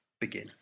begin